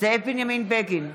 זאב בנימין בגין,